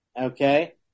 Okay